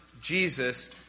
Jesus